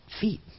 feet